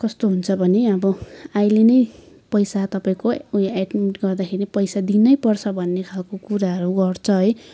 कस्तो हुन्छ भने अब अहिले नै पैसा तपाईँको उयो एड्मिट गर्दाखेरि पैसा दिनैपर्छ भन्ने खालको कुराहरू गर्छ है